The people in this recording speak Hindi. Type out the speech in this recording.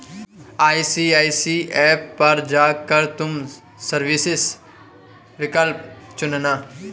आई.सी.आई.सी.आई ऐप पर जा कर तुम सर्विसेस विकल्प चुनना